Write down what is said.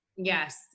Yes